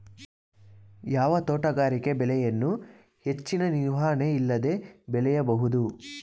ಯಾವ ತೋಟಗಾರಿಕೆ ಬೆಳೆಯನ್ನು ಹೆಚ್ಚಿನ ನಿರ್ವಹಣೆ ಇಲ್ಲದೆ ಬೆಳೆಯಬಹುದು?